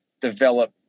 develop